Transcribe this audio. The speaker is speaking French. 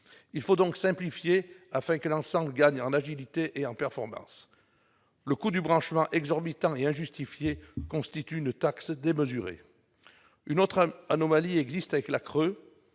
conséquent simplifier, afin que l'ensemble gagne en agilité et en performance. En outre, le coût du branchement exorbitant et injustifié constitue une taxe démesurée. Enfin, une autre anomalie existe avec la CRE,